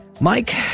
Mike